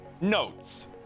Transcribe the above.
notes